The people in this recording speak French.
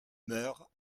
meur